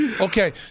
Okay